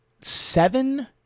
seven